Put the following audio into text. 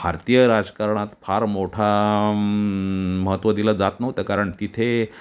भारतीय राजकारणात फार मोठा महत्त्व दिलं जात नव्हतं कारण तिथे